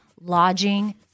lodging